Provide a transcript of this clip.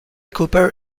cooper